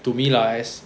to me lah yes